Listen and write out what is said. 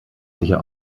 sicher